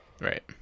Right